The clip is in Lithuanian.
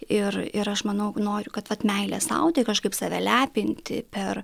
ir ir aš manau noriu kad vat meilė sau tai kažkaip save lepinti per